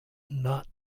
not